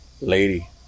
lady